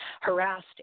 harassed